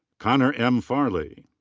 conner m. farley.